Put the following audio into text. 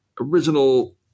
original